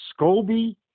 Scobie